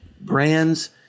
brands